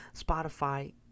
spotify